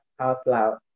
Outloud